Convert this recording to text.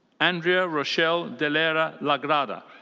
andrea rochelle delera lagrada.